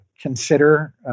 consider